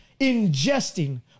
ingesting